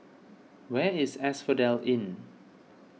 where is Asphodel Inn